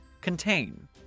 Contain